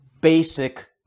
basic